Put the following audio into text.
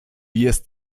jest